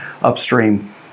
upstream